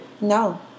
No